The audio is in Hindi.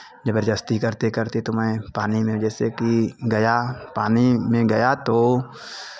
जबरदस्ती करते करते तो मैं पानी में जैसे कि गया पानी में गया तो